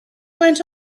went